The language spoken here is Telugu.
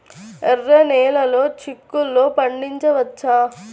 ఎర్ర నెలలో చిక్కుల్లో పండించవచ్చా?